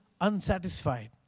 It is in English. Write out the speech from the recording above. unsatisfied